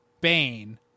Bane